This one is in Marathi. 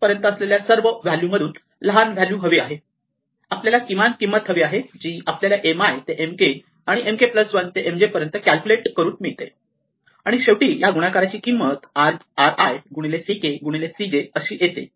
पर्यंत असलेल्या सर्व व्हॅल्यू मधून लहान व्हॅल्यू हवी आहे आपल्याला किमान किंमत हवी आहे जी आपल्याला Mi ते Mk आणि Mk 1 ते Mj पर्यंत कॅल्क्युलेट करून मिळते आणि शेवटी या गुणाकाराची किंमत ri ck cj अशी येते